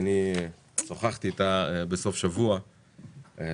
אני שוחחתי איתה בסוף השבוע ואנחנו